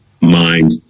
mind